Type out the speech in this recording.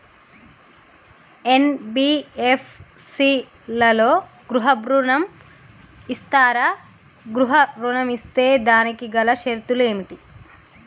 NBFC లలో గృహ ఋణం ఇస్తరా? గృహ ఋణం ఇస్తే దానికి గల షరతులు ఏమిటి?